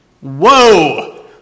Whoa